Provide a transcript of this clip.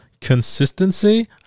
consistency